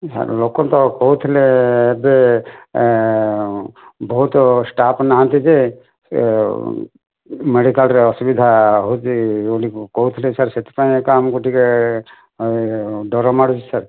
sir ଲୋକ ତ କହୁଥିଲେ ଏବେ ବହୁତ ଷ୍ଟାଫ୍ ନାହାନ୍ତି ଯେ ମେଡିକାଲ୍ରେ ଅସୁବିଧା ହେଉଛି ବୋଲି କହୁଥିଲେ ସାର୍ ସେଥିପାଇଁ ଏକା ଆମକୁ ଟିକିଏ ଡର ମାଡ଼ୁଛି ସାର୍